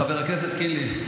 חבר הכנסת קינלי,